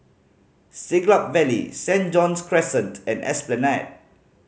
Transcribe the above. Siglap Valley Saint John's Crescent and Esplanade